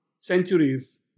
centuries